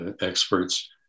experts